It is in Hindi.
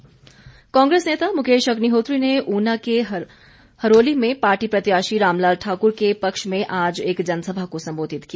अग्निहोत्री कांग्रेस नेता मुकेश अग्निहोत्री ने ऊना के हरोली में पार्टी प्रत्याशी रामलाल ठाक्र के पक्ष में आज एक जनसभा को संबोधित किया